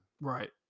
Right